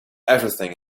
everything